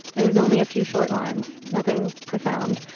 it was only a few short lines, nothing profound,